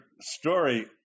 story